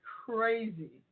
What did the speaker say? crazy